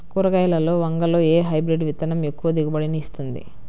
కూరగాయలలో వంగలో ఏ హైబ్రిడ్ విత్తనం ఎక్కువ దిగుబడిని ఇస్తుంది?